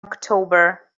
october